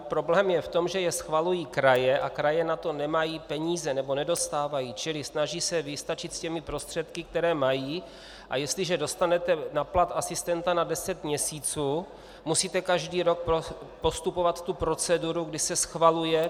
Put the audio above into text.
Problém je v tom, že je schvalují kraje a kraje na to nemají peníze, nebo nedostávají, čili snaží se vystačit s těmi prostředky, které mají, a jestliže dostanete na plat asistenta na deset měsíců, musíte každý rok podstupovat tu proceduru, kdy se schvaluje.